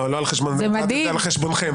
לא על חשבון הדמוקרטיה, זה על חשבונכם.